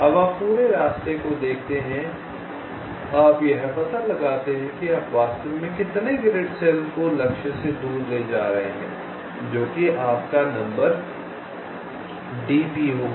अब आप पूरे रास्ते को देखते हैं कि आप यह पता लगाते हैं कि आप वास्तव में कितने ग्रिड सेल को लक्ष्य से दूर ले जा रहे हैं जो कि आपका नंबर d होगा